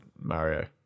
Mario